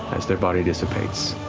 as their body dissipates,